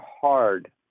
hard